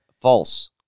False